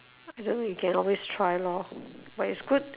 I don't know you can always try lor but it's good